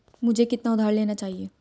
मुझे कितना उधार लेना चाहिए?